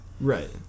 Right